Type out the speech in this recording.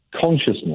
Consciousness